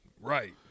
Right